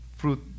Fruit